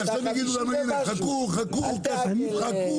עכשיו יגידו לנו 'חכו' 'חכו' 'חכו'.